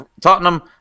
Tottenham